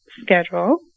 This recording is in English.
schedule